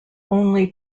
only